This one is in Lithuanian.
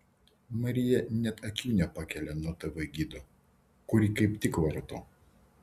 marija net akių nepakelia nuo tv gido kurį kaip tik varto